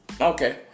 okay